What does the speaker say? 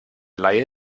laie